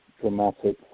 dramatic